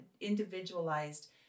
individualized